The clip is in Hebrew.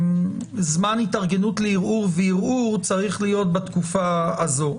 שזמן התארגנות לערעור וערעור צריך להיות בתקופה הזו.